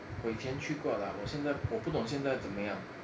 我以前去过啦我现在我不懂现在怎么样